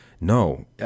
No